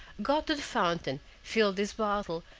got to the fountain, filled his bottle,